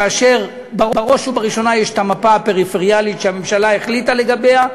ובראש ובראשונה יש המפה הפריפריאלית שהממשלה החליטה לגביה.